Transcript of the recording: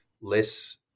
less